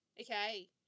Okay